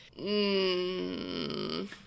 mmm